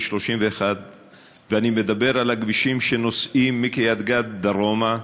31 ואני מדבר על הכבישים מקריית-גת דרומה.